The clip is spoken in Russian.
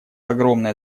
огромная